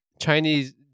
Chinese